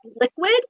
liquid